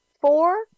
Four